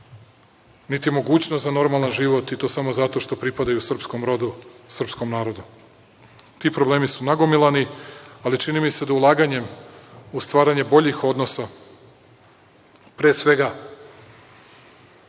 niti mogućnost za normalan život i to samo zato što pripadaju srpskom rodu, srpskom narodu. Ti problemi su nagomilani, ali čini mi se da ulaganjem u stvaranje boljih odnosa, pre svega,